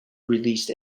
released